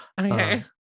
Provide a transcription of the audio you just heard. Okay